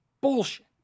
bullshit